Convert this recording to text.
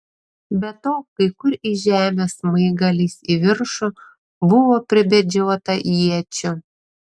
be to kai kur į žemę smaigaliais į viršų buvo pribedžiota iečių